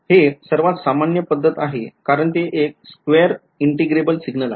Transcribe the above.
हे सर्वात सामान्य पद्धत आहे कारण ते एक square integrable सिग्नल आहे